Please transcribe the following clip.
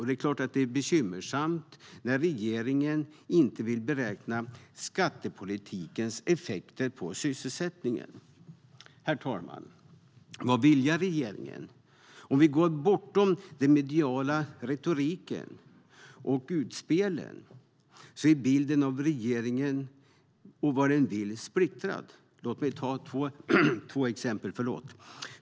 Det är klart att det är bekymmersamt när regeringen inte vill beräkna skattepolitikens effekter på sysselsättningen. Låt mig ta två exempel.